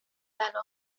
بلاها